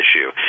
issue